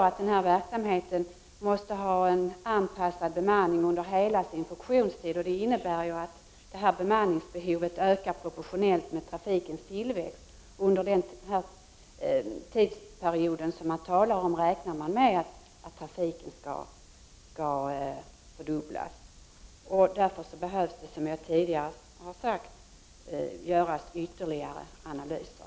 Men denna verksamhet måste ha en anpassad bemanning under hela sin funktionstid. Det innebär att bemanningsbehovet ökar proportionellt med trafikens tillväxt. Under den tidsperiod som man nu talar om räknar man med att trafiken skall fördubblas. Som jag tidigare har sagt behöver det därför göras ytterligare analyser.